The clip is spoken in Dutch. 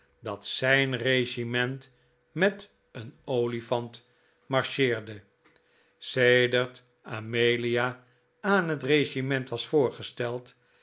dat zijn regiment met een olifant marcheerde sedert amelia aan het regiment was voorgesteld